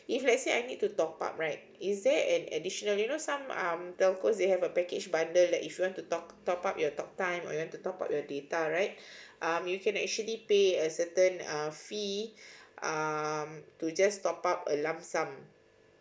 if let's say I need to top up right is there an additional you know some mm telco they have a package bundle like if you want to top top up your talk time or you want to top up your data right um you can actually pay a certain uh fee um to just top up a lump sum